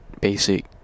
basic